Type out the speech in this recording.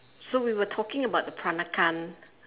so we were talking about the peranakan